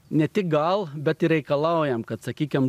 ne tik gal bet ir reikalaujam kad sakykim